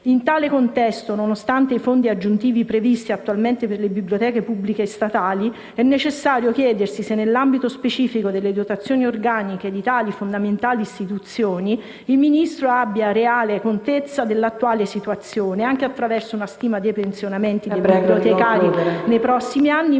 In tale contesto, nonostante i fondi aggiuntivi previsti attualmente per le biblioteche pubbliche statali, è necessario chiedersi se nell'ambito specifico delle dotazioni organiche di tali fondamentali istituzioni, il Ministro abbia reale contezza dell'attuale situazione, anche attraverso una stima dei pensionamenti dei bibliotecari nei prossimi anni,